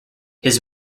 his